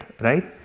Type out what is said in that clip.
right